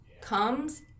comes